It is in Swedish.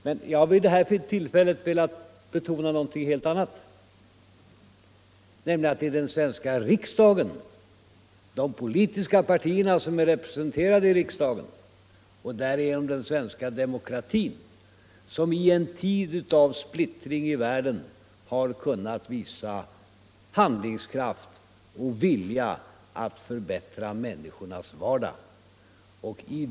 Men jag har vid det här tilfället velat betona någonting helt annat, nämligen att det är den svenska riksdagen, de politiska partierna som är representerade i riksdagen och därigenom den svenska demokratin, som i en tid av splittring i världen har kunnat visa handlingskraft och vilja att förbättra människornas vardag.